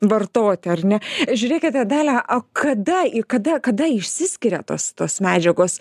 vartoti ar ne žiūrėkite dalia o kada kada kada išsiskiria tos tos medžiagos